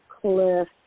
Cliff